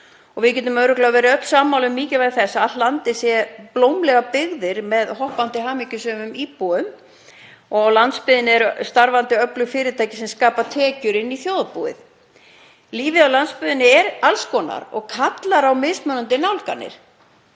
Við getum örugglega öll verið sammála um mikilvægi þess að allt landið sé í blómlegri byggð með hoppandi hamingjusömum íbúum og á landsbyggðinni eru starfandi öflug fyrirtæki sem skapa tekjur fyrir þjóðarbúið. Lífið á landsbyggðinni er alls konar og kallar á mismunandi nálganir.